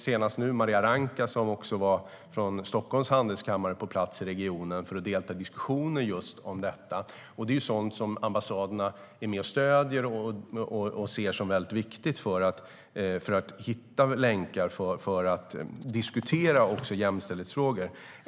Senast var Maria Rankka från Stockholms Handelskammare på plats i regionen för att delta i diskussioner om just detta. Sådant är ambassaderna med och stöder och ser som viktigt för att hitta vägar att diskutera också jämställdhetsfrågor.